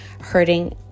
hurting